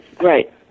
right